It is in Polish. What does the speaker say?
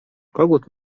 kogut